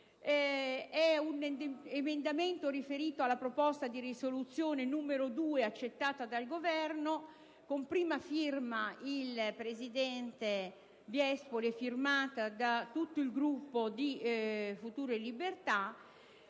un emendamento, riferito alla proposta di risoluzione n. 2 accettata dal Governo, avente come primo firmatario il presidente Viespoli, firmato da tutto il Gruppo di Futuro e Libertà.